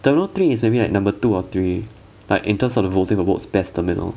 terminal three is maybe like number two or three but in terms of the voting awards best terminal